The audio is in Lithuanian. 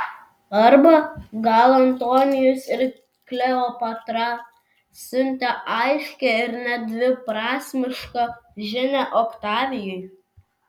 arba gal antonijus ir kleopatra siuntė aiškią ir nedviprasmišką žinią oktavijui